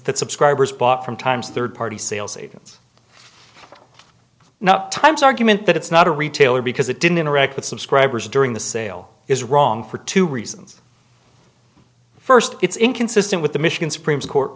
that subscribers bought from times third party sales agents now times argument that it's not a retailer because it didn't interact with subscribers during the sale is wrong for two reasons first it's inconsistent with the mission supreme court